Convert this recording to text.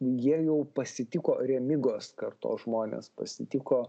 jie jau pasitiko remygos kartos žmonės pasitiko